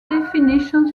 definitions